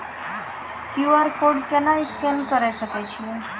QR code scan केना करै सकय छियै?